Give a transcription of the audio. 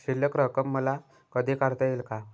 शिल्लक रक्कम मला कधी काढता येईल का?